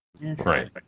Right